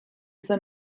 zen